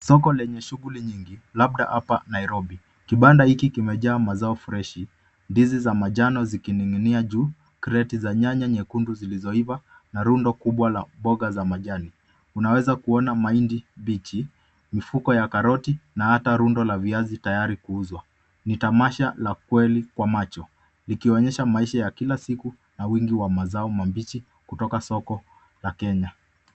Soko lenye shughuli nyingi labda hapa Nairobi. Kibanda hiki kimejaa mazao freshi ndizi za manjano zikining'inia juu kreti za nyanya nyekundu zilizoiba na rundo kubwa la mboga za majani. Unaweza kuona mahindi bichi, mifuko ya karoti na hata rundo la viazi tayari kuuzwa. Ni tamasha la kweli kwa macho likionyesha maisha ya kila siku na wingi wa mazao mabichi kutoka soko la Kenya.